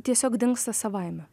tiesiog dingsta savaime